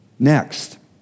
Next